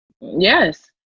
yes